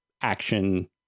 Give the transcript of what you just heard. action